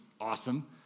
awesome